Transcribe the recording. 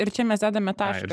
ir čia mes dedame tašką